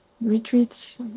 retreats